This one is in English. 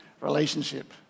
relationship